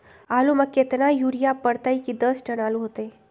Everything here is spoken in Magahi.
आलु म केतना यूरिया परतई की दस टन आलु होतई?